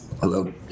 Hello